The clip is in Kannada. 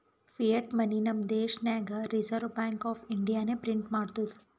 ಫಿಯಟ್ ಮನಿ ನಮ್ ದೇಶನಾಗ್ ರಿಸರ್ವ್ ಬ್ಯಾಂಕ್ ಆಫ್ ಇಂಡಿಯಾನೆ ಪ್ರಿಂಟ್ ಮಾಡ್ತುದ್